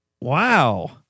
wow